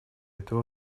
этой